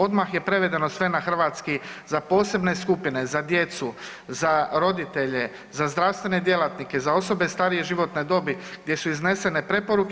Odmah je prevedeno sve na hrvatski za posebne skupine, za djecu, za roditelje, za zdravstvene djelatnike, za osobe starije životne dobi gdje su iznesene preporuke.